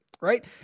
right